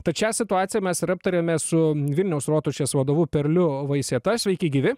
tad šią situaciją mes ir aptarėme su vilniaus rotušės vadovu perliu vaisieta sveiki gyvi